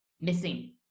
missing